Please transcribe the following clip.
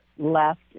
left